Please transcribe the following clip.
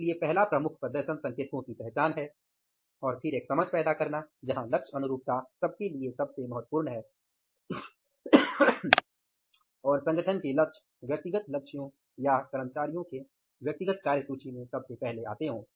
इसलिए पहला प्रमुख प्रदर्शन संकेतकों की पहचान है और फिर एक समझ पैदा करना जहाँ लक्ष्य अनुरूपता सबके लिए सबसे महत्वपूर्ण है और संगठन के लक्ष्य व्यक्तिगत लक्ष्यों या कर्मचारियों के व्यक्तिगत कार्यसूची से सबसे पहले आते हों